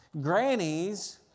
Grannies